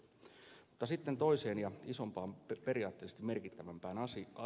mutta sitten toiseen ja isompaan periaatteellisesti merkittävämpään asiaan